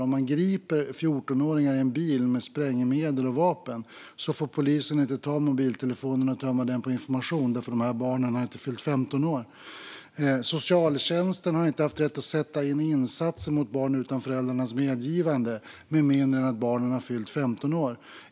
Om man griper 14-åringar i en bil med sprängmedel och vapen får polisen inte ta mobiltelefonerna och tömma dem på information eftersom barnen inte har fyllt 15 år. Socialtjänsten har inte heller haft rätt att sätta in insatser mot barn utan föräldrarnas medgivande med mindre än att barnen har fyllt 15 år.